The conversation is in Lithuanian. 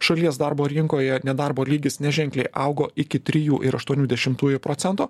šalies darbo rinkoje nedarbo lygis neženkliai augo iki trijų ir aštuonių dešimtųjų procento